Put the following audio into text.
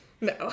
No